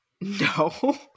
No